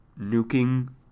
Nuking